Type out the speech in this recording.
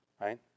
Right